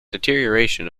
deterioration